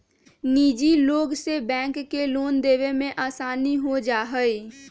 निजी लोग से बैंक के लोन देवे में आसानी हो जाहई